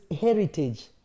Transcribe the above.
heritage